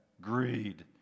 Greed